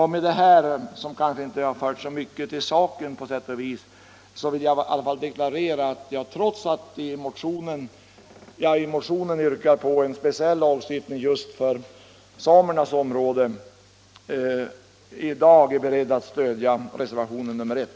Med detta — som kanske inte har hört så mycket till saken — vill jag i alla fall deklarera att trots att vi i motionen yrkar på en speciell lagstiftning just för samernas område, så är jag i dag beredd att stödja reservationen 1.